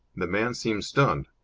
the man seemed stunned.